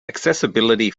accessibility